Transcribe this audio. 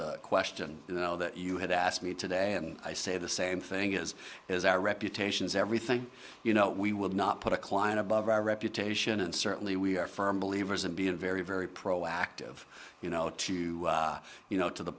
the question you know that you had asked me today and i say the same thing as is our reputation is everything you know we would not put a client above our reputation and certainly we are firm believers and being very very proactive you know to you know to the